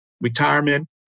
retirement